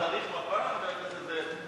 אתה צריך מפה, חבר הכנסת זאב?